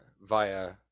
via